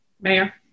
Mayor